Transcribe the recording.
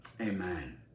Amen